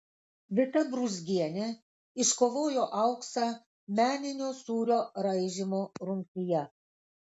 vita brūzgienė iškovojo auksą meninio sūrio raižymo rungtyje